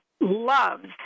loves